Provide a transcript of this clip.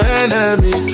enemy